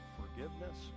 forgiveness